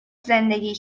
زندگی